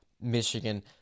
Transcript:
Michigan